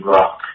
Rock